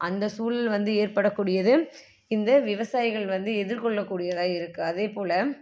அந்த சூழல் வந்து ஏற்படக்கூடியது இந்த விவசாயிகள் வந்து எதிர்கொள்ளக்கூடியதாக இருக்குது அதேபோல